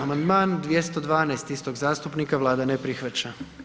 Amandman 212. istog zastupnika, Vlada ne prihvaća.